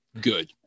good